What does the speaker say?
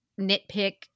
nitpick